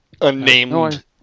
Unnamed